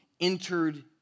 entered